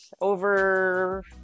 over